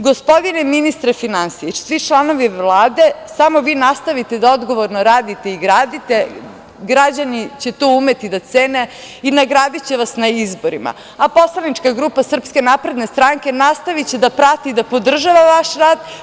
Gospodine ministre finansija i svi članovi Vlade, samo vi nastavite da odgovorno radite i gradite, građani će to umeti da cene i nagradiće vas na izborima, a poslanička grupa SNS nastaviće da prati i podržava vaš radi.